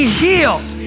healed